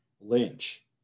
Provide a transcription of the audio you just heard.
Lynch